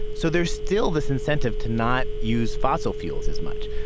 so there's still this incentive to not use fossil fuels as much.